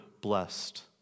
blessed